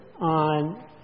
on